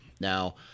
now